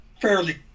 fairly